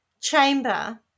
chamber